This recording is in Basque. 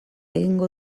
egingo